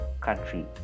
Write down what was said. country